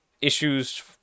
issues